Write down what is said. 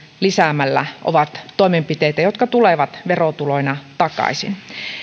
lisäämällä ovat toimenpiteitä jotka tulevat verotuloina takaisin